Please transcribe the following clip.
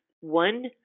one